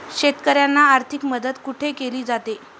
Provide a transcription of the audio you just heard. शेतकऱ्यांना आर्थिक मदत कुठे केली जाते?